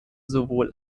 sowohl